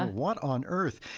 and what on earth?